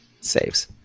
Saves